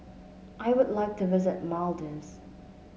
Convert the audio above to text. I would like to visit Maldives